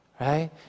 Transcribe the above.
right